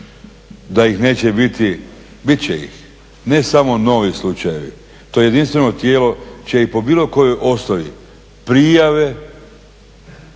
da ih neće biti, bit će ih ne samo novi slučajevi, to jedinstveno tijelo će po bilo kojoj osnovi prijave